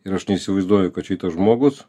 ir aš neįsivaizduoju kad šitas žmogus